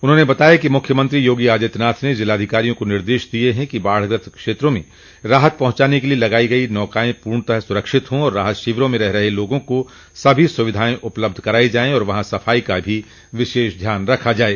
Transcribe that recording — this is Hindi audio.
उन्होंने बताया कि मुख्यमंत्री योगी आदित्यनाथ ने जिलाधिकारियों को निर्देश दिये हैं कि बाढ़ग्रस्त क्षेत्रों में राहत पहुंचाने के लिए लगायी गयी नौकायें पूर्णतयाः सुरक्षित हों और राहत शिविरों में रह रहे लोगों को सभी सूविधायें उपलब्ध करायी जाये तथा वहां सफाई का भी विशेष ध्यान रखा जाये